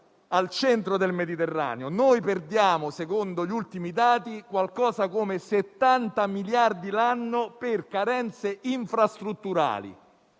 al centro del Mediterraneo. Stiamo perdendo, secondo gli ultimi dati, qualcosa come 70 miliardi di euro all'anno per carenze infrastrutturali.